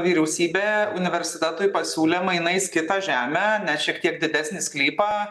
vyriausybė universitetui pasiūlė mainais kitą žemę net šiek tiek didesnį sklypą